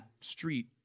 street